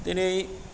दिनै